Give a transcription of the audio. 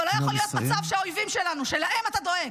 אבל לא יכול להיות מצב שהאויבים שלנו להם אתה דואג,